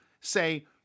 say